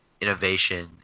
innovation